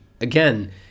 Again